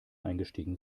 eingestiegen